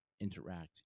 interact